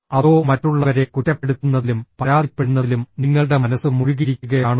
അതോ മറ്റുള്ളവരെ കുറ്റപ്പെടുത്തുന്നതിലും പരാതിപ്പെടുന്നതിലും നിങ്ങളുടെ മനസ്സ് മുഴുകിയിരിക്കുകയാണോ